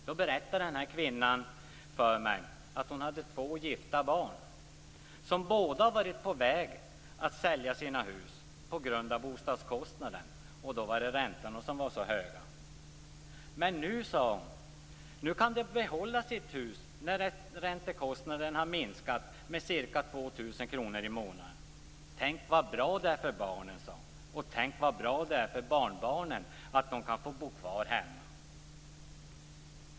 Då berättade kvinnan för mig att hon hade två gifta barn som båda hade varit på väg att sälja sina hus på grund av boendekostnaden, närmare bestämt de höga räntorna. Men nu, sade hon, kan de behålla sina hus när räntekostnaderna har minskat med ca 2 000 kr i månaden. Tänk vad bra det är för barnen, sade hon. Och tänk vad bra det är för barnbarnen att de kan få bo kvar hemma.